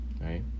right